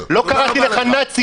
לא קראתי לך "נאצים",